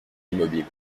immobile